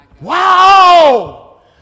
Wow